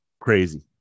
Crazy